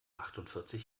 achtundvierzig